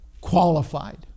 qualified